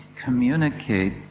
communicate